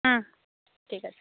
হুম ঠিক আছে